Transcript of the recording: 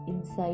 inside